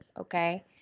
Okay